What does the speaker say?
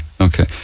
okay